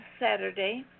Saturday